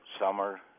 summer